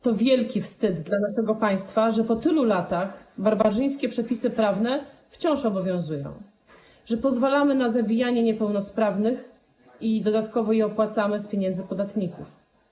To wielki wstyd dla naszego państwa, że po tylu latach barbarzyńskie przepisy prawne wciąż obowiązują, że pozwalamy na zabijanie niepełnosprawnych i dodatkowo opłacamy to z pieniędzy podatników.